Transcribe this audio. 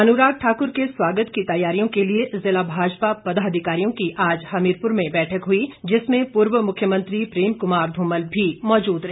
अनुराग ठाकुर के स्वागत की तैयारियों के लिए जिला भाजपा पदाधिकारियों की आज हमीरपुर में बैठक हुई जिसमें पूर्व मुख्यमंत्री प्रेम कुमार धूमल भी मौजूद रहे